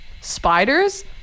spiders